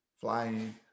flying